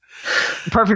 perfect